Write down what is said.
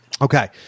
Okay